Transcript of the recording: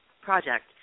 project